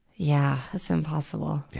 yeah. it's impossible. yeah.